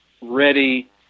ready